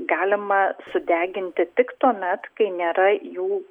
galima sudeginti tik tuomet kai nėra jų